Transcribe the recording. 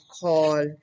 call